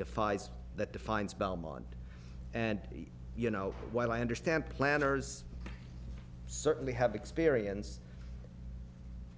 defies that defines belmont and you know while i understand planners certainly have experience